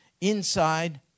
inside